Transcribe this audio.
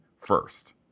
first